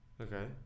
Okay